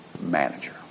manager